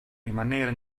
rimanere